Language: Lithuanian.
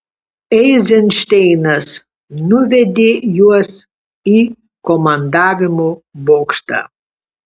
eizenšteinas nuvedė juos į komandavimo bokštą